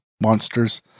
monsters